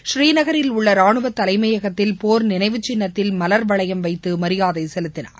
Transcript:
ஸ்ரீநகில் உள்ள ரானுவ தலைமையகத்தில் போர் நினைவு சின்னத்தில் மலர்வளையம் வைத்து மரியாதை செலுத்தினார்